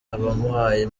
abamuhaye